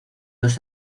dos